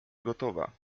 gotowa